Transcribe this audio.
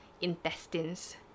intestines